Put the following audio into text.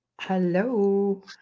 Hello